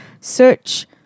search